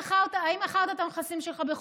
האם מכרת את הנכסים שלך בחו"ל?